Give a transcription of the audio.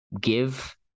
give